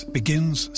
begins